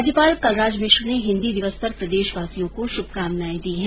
राज्यपाल कलराज मिश्र ने हिन्दी दिवस पर प्रदेशवासियों को शुभकामनाएं दी हैं